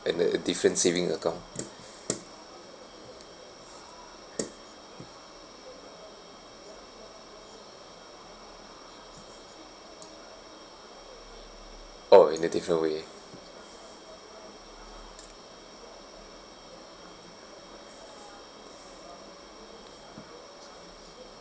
and like a different savings account orh in a different way